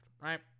right